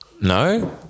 No